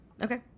Okay